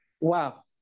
Wow